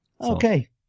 Okay